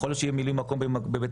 יכול להיות שיהיה מילוי מקום במקביל בבית